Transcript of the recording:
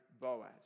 Boaz